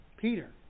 Peter